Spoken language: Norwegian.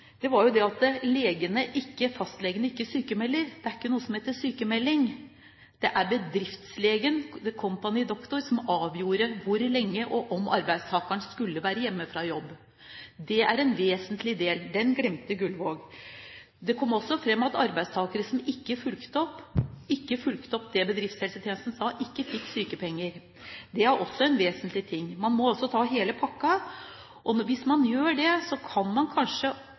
var at fastlegene ikke sykmelder. Det er ikke noe som heter sykmelding. Det er bedriftslegen, The Company Doctor, som avgjør hvor lenge, og om, arbeidstakeren skal være hjemme fra jobb. Det er en vesentlig del, og den glemte Gullvåg. Det kom også fram at arbeidstakere som ikke fulgte opp det bedriftshelsetjenesten sa, ikke fikk sykepenger. Det er også en vesentlig ting. Man må altså ta hele pakka. Hvis man gjør det, kan man kanskje